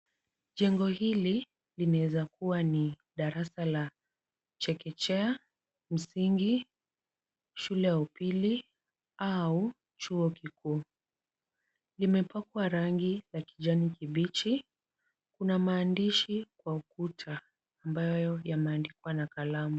Jengo hili linaeza kuwa ni darasa la chekechea, msingi, shule ya upili au chuo kikuu. Limepakwa rangi la kijani kibichi. Kuna maandishi kwa ukuta ambayo yameandikwa na kalamu.